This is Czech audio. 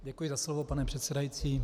Děkuji za slovo, pane předsedající.